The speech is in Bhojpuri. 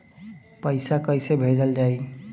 पैसा कैसे भेजल जाइ?